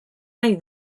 nahi